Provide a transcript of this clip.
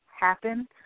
happen